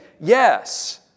yes